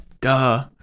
Duh